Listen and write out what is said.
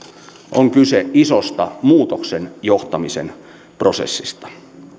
on kyse isosta muutoksen johtamisen prosessista